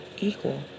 equal